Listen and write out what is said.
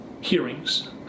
hearings